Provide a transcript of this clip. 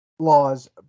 Laws